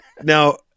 Now